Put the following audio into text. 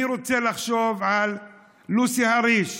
אני רוצה לחשוב על לוסי אהריש,